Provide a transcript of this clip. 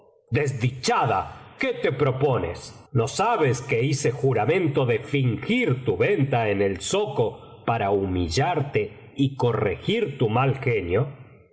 modo desdichada qué te propones no biblioteca valenciana generalitat valenciana historia de dulce amiga sabes que hice juramento de fingir tu venta en el zoco para humillarte y corregir tu mal genio